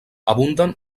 abunden